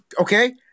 Okay